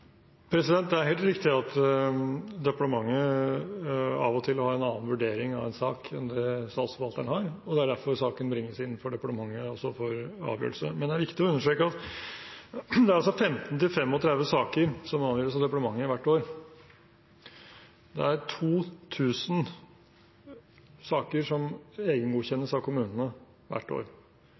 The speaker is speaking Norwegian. Det er helt riktig at departementet av og til har en annen vurdering av en sak enn det statsforvalteren har, og det er også derfor saken bringes inn for departementet for avgjørelse. Men det er viktig å understreke at det er mellom 15 og 35 saker som avgjøres av departementet hvert år, og det er 2 000 saker som egengodkjennes av kommunene hvert år.